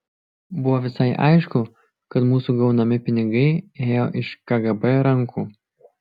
buvo visai aišku kad mūsų gaunami pinigai ėjo iš kgb rankų